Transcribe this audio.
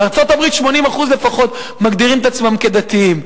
בארצות-הברית 80% לפחות מגדירים את עצמם כדתיים,